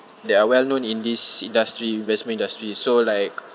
that are well known in this industry investment industry so like